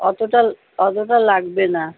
অতোটা অতোটা লাগবে না